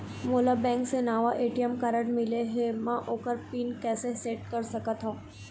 मोला बैंक से नावा ए.टी.एम कारड मिले हे, म ओकर पिन कैसे सेट कर सकत हव?